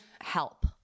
help